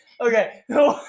Okay